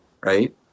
right